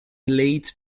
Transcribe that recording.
late